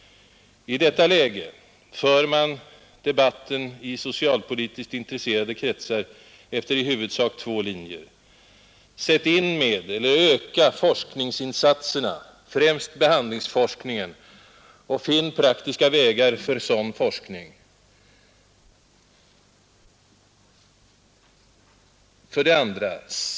I detta läge för man debatten i socialpolitiskt intresserade kretsar efter i huvudsak två linjer: 1. Sätt in medel på att öka forskningsinsatserna, främst dem som avser behandlingsforskningen, och sök finna praktiska vägar för sådan forskning! 2.